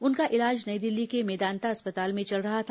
उनका इलाज नई दिल्ली के मेदांता अस्पताल में चल रहा था